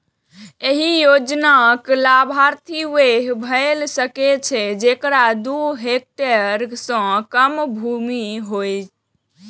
एहि योजनाक लाभार्थी वैह भए सकै छै, जेकरा दू हेक्टेयर सं कम भूमि होय